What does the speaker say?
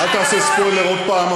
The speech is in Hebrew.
אל תעשה ספוילר עוד פעם,